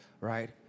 right